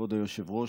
כבוד היושב-ראש,